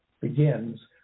begins